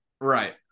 Right